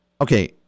Okay